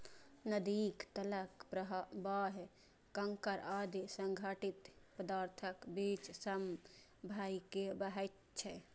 नदीक तलक प्रवाह कंकड़ आदि असंगठित पदार्थक बीच सं भए के बहैत छै